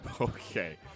Okay